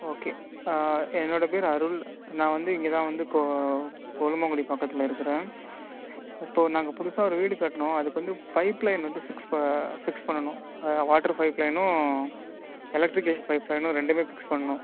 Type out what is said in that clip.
okay என்னோடய பெயரு அருள் நான் வந்து இங்கே தான் வந்து கோ கொல்லுமாங்குடி பக்கத்தில் இருக்கிறேன் இப்போ நாங்கள் புதுசாக ஒரு வீடு கட்டினோம் அதுக்கு வந்து பைப்லைன் வந்து ஃபிக்ஸ் பா ஃபிக்ஸ் பண்ணனும் வாட்ரு ஃபைப்லைனும் எலக்ட்ரிக்கல் ஃபைப்லைனும் ரெண்டும் ஃபிக்ஸ் பண்ணனும்